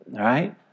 right